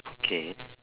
okay